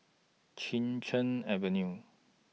Chin Cheng Avenue